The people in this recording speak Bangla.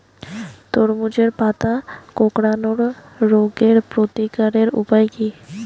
তরমুজের পাতা কোঁকড়ানো রোগের প্রতিকারের উপায় কী?